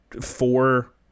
four